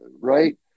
right